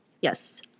Yes